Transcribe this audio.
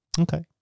Okay